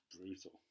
brutal